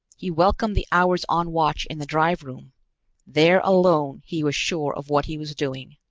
he welcomed the hours on watch in the drive room there alone he was sure of what he was doing.